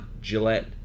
Gillette